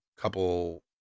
couple